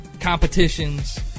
competitions